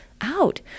out